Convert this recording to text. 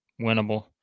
Winnable